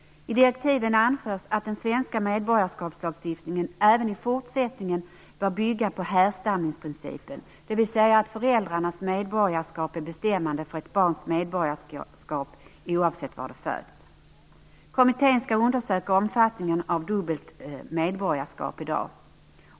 I direktiven anförs att den svenska medborgarskapslagstiftningen även i fortsättningen bör bygga på härstamningsprincipen, dvs. att föräldrarnas medborgarskap är bestämmande för ett barns medborgarskap oavsett var det föds. Kommittén skall undersöka omfattningen av dubbelt medborgarskap i dag.